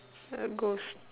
uh goes